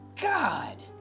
God